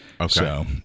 Okay